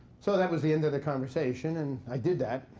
so that was the end of the conversation, and i did that.